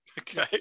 Okay